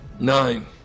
Nine